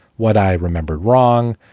what i remembered wrong,